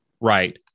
right